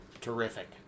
terrific